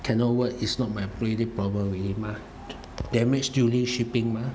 cannot work is not my already problem already mah damage duly shipping mah